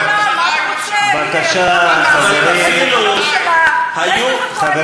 מה אתה רוצה, הנה, יש לך ממשלה, יש לך